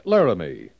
Laramie